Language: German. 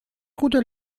guter